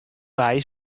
wei